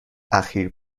اخیر